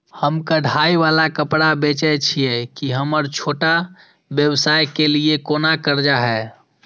हम कढ़ाई वाला कपड़ा बेचय छिये, की हमर छोटा व्यवसाय के लिये कोनो कर्जा है?